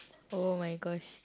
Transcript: !oh-my-gosh!